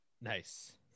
Nice